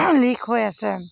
leak হৈ আছে